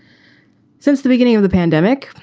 since the beginning of the pandemic,